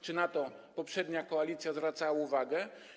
Czy na to poprzednia koalicja zwracała uwagę?